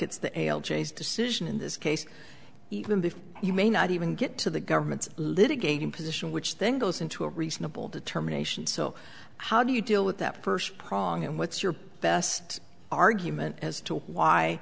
it's the ale j s decision in this case even if you may not even get to the government's litigating position which then goes into a reasonable determination so how do you deal with that first prong and what's your best argument as to why